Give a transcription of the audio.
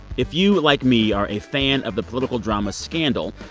if you, like me, are a fan of the political drama scandal,